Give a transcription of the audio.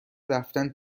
رفتن